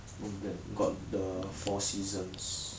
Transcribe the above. not bad got the four seasons